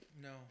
No